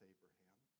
Abraham